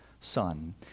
son